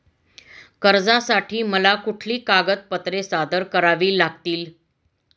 कर्जासाठी मला कुठली कागदपत्रे सादर करावी लागतील?